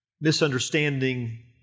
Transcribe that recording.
misunderstanding